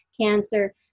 cancer